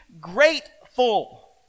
grateful